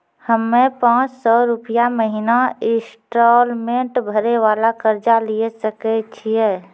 हम्मय पांच सौ रुपिया महीना इंस्टॉलमेंट भरे वाला कर्जा लिये सकय छियै?